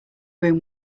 room